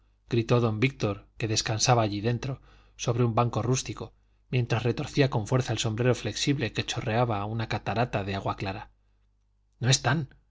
gritó don víctor que descansaba allí dentro sobre un banco rústico mientras retorcía con fuerza el sombrero flexible que chorreaba una catarata de agua clara no están